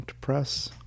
Press